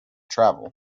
travel